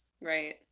Right